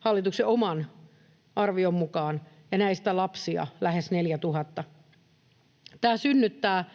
hallituksen oman arvion mukaan, ja näistä lapsia on lähes 4 000. Tämä synnyttää